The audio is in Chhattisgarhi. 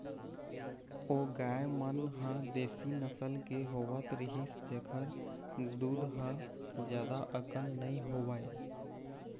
ओ गाय मन ह देसी नसल के होवत रिहिस जेखर दूद ह जादा अकन नइ होवय